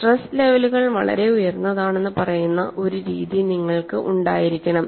stress ലെവലുകൾ വളരെ ഉയർന്നതാണെന്ന് പറയുന്ന ഒരു രീതി നിങ്ങൾക്ക് ഉണ്ടായിരിക്കണം